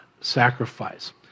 sacrifice